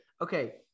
Okay